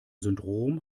syndrom